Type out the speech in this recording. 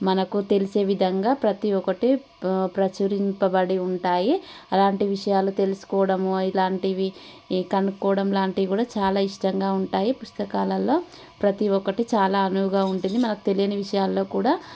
మనకు తెలిసే విధంగా ప్రతీ ఒక్కటి ప్రచురింపబడి ఉంటాయి అలాంటి విషయాలు తెలుసుకోవడం ఇలాంటివి కనుక్కోవడం లాంటివి కూడా చాలా ఇష్టంగా ఉంటాయి పుస్తకాలలో ప్రతీ ఒక్కటి చాలా అనువుగా ఉంటుంది మనకు తెలియని విషయాల్లో కూడా